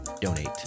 donate